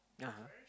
(uh huh)